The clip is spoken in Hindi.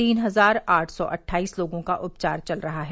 तीन हजार आठ सौ अट्ठाइस लोगों का उपचार चल रहा है